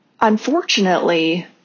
Unfortunately